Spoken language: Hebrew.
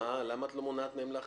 למה את מונעת מהם להחליט?